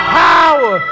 power